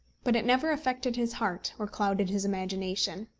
but it never affected his heart, or clouded his imagination.